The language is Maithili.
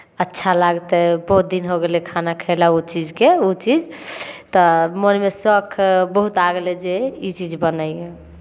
अच्छा लागतै बहुत दिन हो गेलै खाना खयला ओ चीजके ओ चीज तऽ मोनमे शौक बहुत आ गेलै जे ई चीज बनैयै